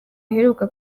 aheruka